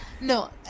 No